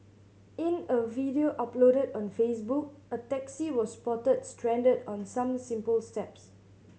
in a video uploaded on Facebook a taxi was spotted stranded on some simple steps